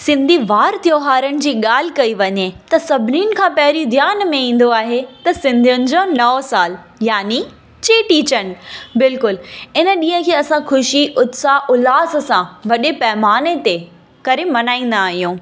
सिंधी वारु त्योहारनि जी ॻाल्हि कई वञे त सभिनीनि खां पहिरीं ध्यान में ईंदो आहे त सिंधियुनि जो नओं सालु यानी चेटीचंडु बिल्कुलु इन ॾींहं खे असां ख़ुशी उत्साह उल्हास सां वॾे पैमाने ते करे मल्हाईंदा आहियूं